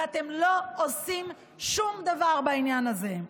ואתם לא עושים שום דבר בעניין הזה.